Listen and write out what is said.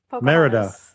Merida